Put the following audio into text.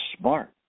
smart